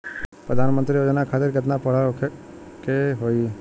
प्रधानमंत्री योजना खातिर केतना पढ़ल होखे के होई?